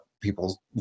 people